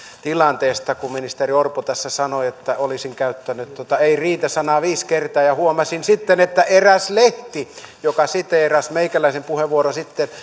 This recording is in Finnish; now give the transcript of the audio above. tilanteesta kun ministeri orpo sanoi että olisin käyttänyt ei riitä sanaa viisi kertaa ja ja huomasin sitten että eräs lehti joka siteerasi meikäläisen puheenvuoroa